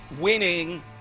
Winning